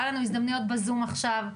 היה לנו גם הזדמנויות בזום עכשיו.